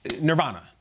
nirvana